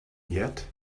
yet